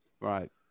Right